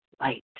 light